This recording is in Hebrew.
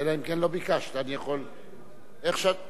אלא אם כן לא ביקשת, אני יכול, בן-סימון,